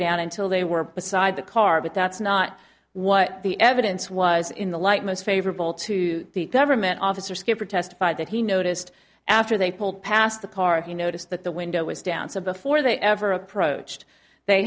down until they were beside the car but that's not what the evidence was in the light most favorable to the government officer skipper testified that he noticed after they pulled past the car if you noticed that the window was down so before they ever approached they